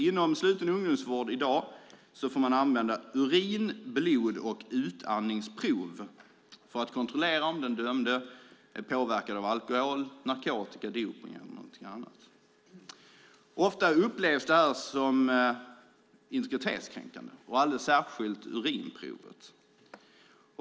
Inom sluten ungdomsvård i dag får man använda urin-, blod och utandningsprov för att kontrollera om den dömde är påverkad av alkohol, narkotika, dopning eller någonting annat. Ofta upplevs det som integritetskränkande, alldeles särskilt urinprovet.